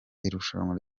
irushanwa